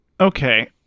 Okay